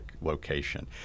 location